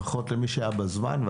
לפחות למי שהיה בזמן.